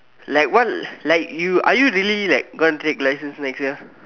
like what like you are you really like gonna take license next year